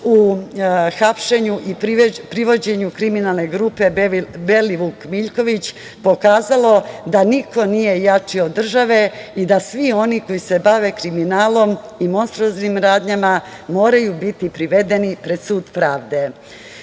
u hapšenju i privođenju kriminalne grupe Belivuk-Miljković pokazalo da niko nije jači od države i da svi oni koji se bave kriminalom i monstruoznim radnjama moraju biti privedeni pred sud